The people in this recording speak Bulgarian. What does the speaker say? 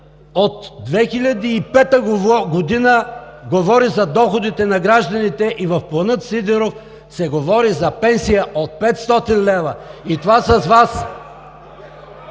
от 2005 г. говори за доходите на гражданите и в плана Сидеров се говори за пенсия от 500 лева (реплики от